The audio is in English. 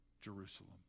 Jerusalem